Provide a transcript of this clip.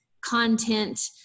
content